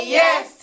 yes